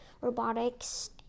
robotics